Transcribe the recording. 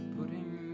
Putting